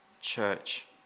church